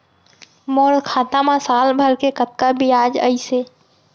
मोर खाता मा साल भर के कतका बियाज अइसे?